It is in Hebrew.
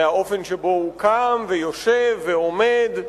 מהאופן שבו הוא קם ויושב ועומד ומדבר.